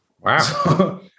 Wow